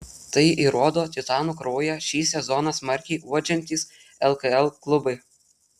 tai įrodo titanų kraują šį sezoną smarkiai uodžiantys lkl klubai